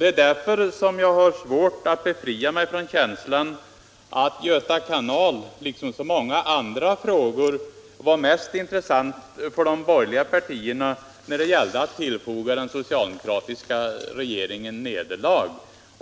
Det är därför jag har svårt att befria mig från känslan att frågan om Göta kanal liksom så många andra frågor var mest intressant för de borgerliga partierna när det gällde att tillfoga den socialdemokratiska regeringen nederlag.